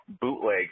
bootlegs